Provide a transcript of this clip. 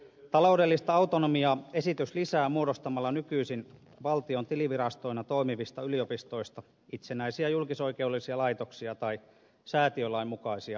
taloudellista autonomiaa esitys lisää muodostamalla nykyisin valtion tilivirastoina toimivista yliopistoista itsenäisiä julkisoikeudellisia laitoksia tai säätiölain mukaisia säätiöitä